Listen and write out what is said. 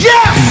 Yes